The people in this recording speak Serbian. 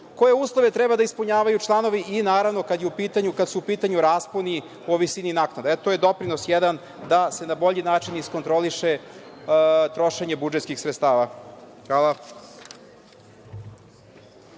koje uslove treba da ispunjavaju članovi i naravno kada su u pitanju rasponi o visini naknada. To je doprinos jedan, da se na bolji način iskontroliše trošenje budžetskih sredstava. Hvala.